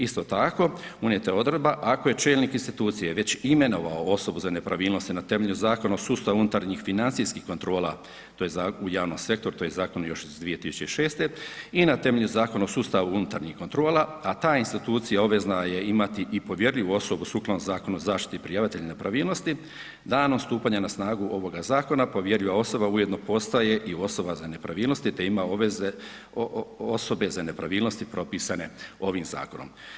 Isto tako, unijeta je odredba ako je čelnik institucije već imenovao osobu za nepravilnosti na temelju Zakona o sustavu unutarnjih financijskih kontrola u javnom sektoru, to je zakon još iz 2006. i na temelju Zakon o sustavu unutarnjih kontrola a ta institucija obvezna je imati i povjerljivu osobu sukladno Zakonu o zaštiti prijavitelja nepravilnosti, danom stupanja na snagu ovoga zakona, povjerljiva osoba ujedno postaje osoba za nepravilnosti te ima obveze osobe za nepravilnosti propisane ovim zakonom.